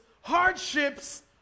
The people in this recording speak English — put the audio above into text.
hardships